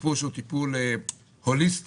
טיפול שהוא טיפול הוליסטי,